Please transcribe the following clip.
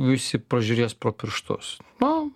visi pažiūrės pro pirštus nu